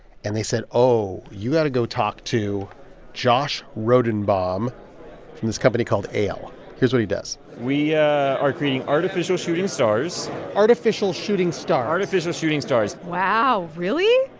and they said, oh, you've got to go talk to josh rodenbaum from this company called ale. here's what he does we yeah are creating artificial shooting stars artificial shooting stars artificial shooting stars wow. really?